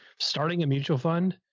starting a mutual fund,